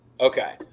Okay